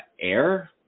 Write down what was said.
air